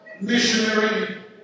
missionary